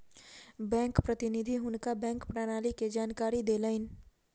bank प्रतिनिधि हुनका bank प्रणाली के जानकारी देलैन